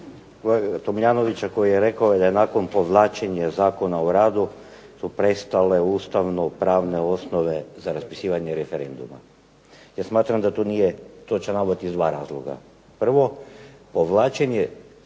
Tomljanovića koji je rekao da je nakon povlačenja zakona o radu su prestale Ustavno pravne osnove za raspisivanje referenduma. Ja smatram da to nije točan navod iz dva razloga. Prvo, povlačenje